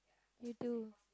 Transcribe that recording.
you do